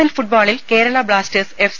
L ഫുട്ബോളിൽ Kerala Blasters F